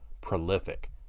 prolific